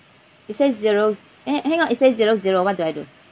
it says zeros eh hang on it says zero zero what do I do